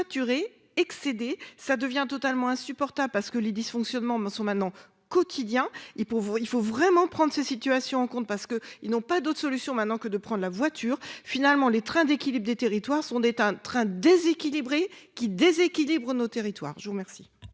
saturés, excédés, ça devient totalement insupportable, parce que les dysfonctionnements sont maintenant quotidien il faut il faut vraiment prendre ce situation en compte parce que ils n'ont pas d'autre solution maintenant que de prendre la voiture finalement les trains d'équilibre des territoires sont un train déséquilibré qui déséquilibre notre territoire. Je vous remercie.